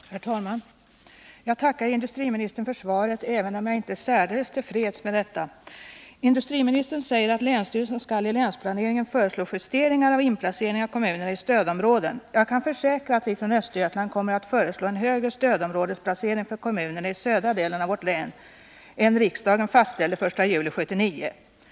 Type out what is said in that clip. Herr talman! Jag tackar industriministern för svaret, även om jag inte är särdeles till freds med det. Industriministern säger att länsstyrelsen i länsplaneringen skall föreslå justeringar av inplaceringen av kommunerna i stödområden. Jag kan försäkra att vi från Östergötland kommer att föreslå en högre stödområdesplacering för kommunerna i södra delen av vårt län än riksdagen fastställde att gälla från den 1 juli 1979.